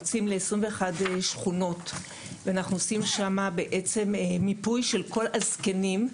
שבו אנחנו יוצאים ל-21 שכונות ובעצם עושים שם מיפוי של כל הזקנים.